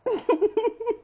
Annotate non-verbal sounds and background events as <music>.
<laughs>